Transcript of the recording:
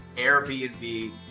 Airbnb